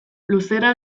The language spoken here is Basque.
luzera